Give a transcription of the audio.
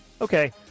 okay